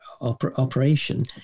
operation